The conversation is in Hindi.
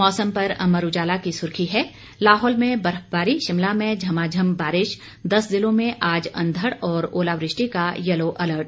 मौसम पर अमर उजाला की सुर्खी है लाहौल में बर्फबारी शिमला में झमाझम बारिश दस जिलों में आज अंधड़ और ओलावृष्टि का येला अलर्ट